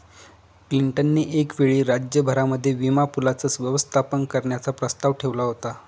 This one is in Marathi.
क्लिंटन ने एक वेळी राज्य भरामध्ये विमा पूलाचं व्यवस्थापन करण्याचा प्रस्ताव ठेवला होता